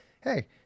hey